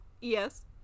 Yes